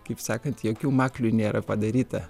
kaip sakant jokių maklių nėra padaryta